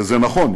וזה נכון,